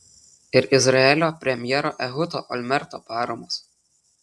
ir izraelio premjero ehudo olmerto paramos